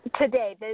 Today